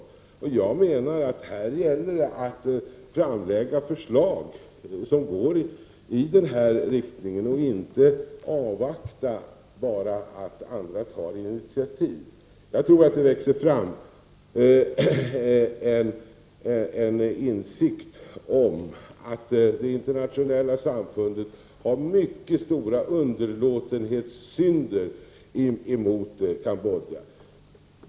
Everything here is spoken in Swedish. Jag anser att det för Sverige gäller att lägga fram förslag som går i den här riktningen och inte bara avvakta att andra tar initiativ. Jag tror att det växer fram en insikt om att det internationella samfundet har begått mycket stora underlåtenhetssynder mot Kambodja.